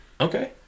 okay